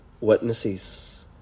witnesses